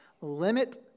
Limit